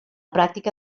pràctica